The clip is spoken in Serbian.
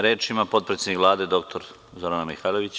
Reč ima potpredsednik Vlade dr Zorana Mihajlović.